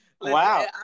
Wow